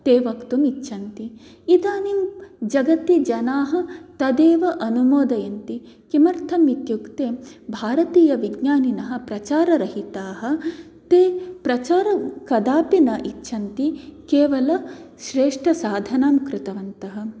ते वक्तुम् इच्छन्ति इदानीं जगती जनाः तदेव अनुमोदयन्ति किमर्थं इत्युक्ते भारतीय विज्ञानीनः प्रचाररहिताः ते प्रचारं कदापि न इच्छन्ति केवलं श्रेष्ठसाधनां कृतवन्तः